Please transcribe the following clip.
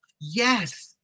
yes